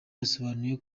yasobanuye